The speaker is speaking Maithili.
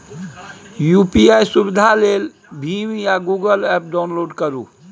यु.पी.आइ सुविधा लेल भीम या गुगल एप्प डाउनलोड करु